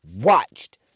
watched